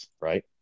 right